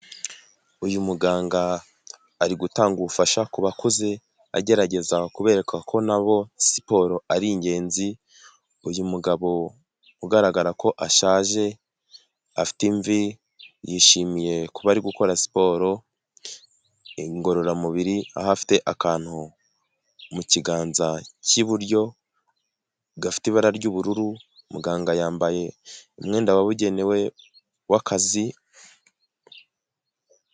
Uyu muganga ari gutanga ubufasha ku bakuze agerageza kuberekwa ko nabo siporo ari ingenzi uyu mugabo ugaragara ko ashaje afite imvi yishimiye kuba ari gukora siporo ngororamubiri aho afite akantu mu kiganza cy'iburyo gafite ibara ry'ubururu muganga yambaye umwenda wabugenewe wakazi.